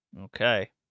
Okay